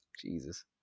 Jesus